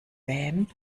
vamp